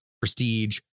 prestige